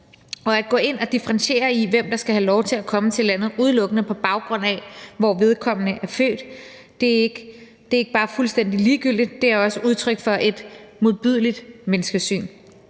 det at gå ind at differentiere mellem, hvem der skal have lov til at komme til landet, udelukkende på baggrund af hvor vedkommende er født, er ikke bare fuldstændig ligegyldigt, det er også udtryk for et modbydeligt menneskesyn.